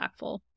impactful